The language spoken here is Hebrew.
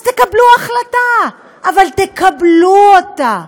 אז תקבלו החלטה, אבל תקבלו אותה.